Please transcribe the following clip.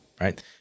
right